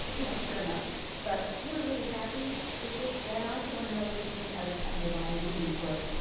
you know, fair enough. but we weren't really happy with just that answer. we wanna know if there's any other underlying reasons for it.